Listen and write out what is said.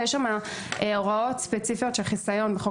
ויש שם הוראות ספציפיות של חיסיון בחוק